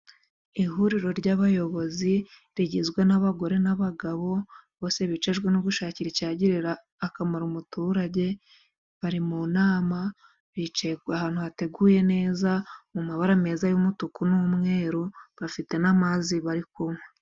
Ihuriro ry'abayobozi rigizwe n'abagore n'abagabo bose bicajwe no gushakira icyagirira akamaro umuturage, bari mu nama bicaye ahantu hateguye neza, mu mabara meza y'umutuku n'umweru bafite n'amazi bari kunywa.